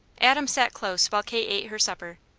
adam sat close while kate ate her supper,